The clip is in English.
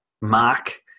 Mark